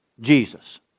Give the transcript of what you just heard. Jesus